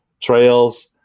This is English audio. trails